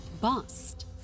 bust